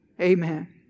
Amen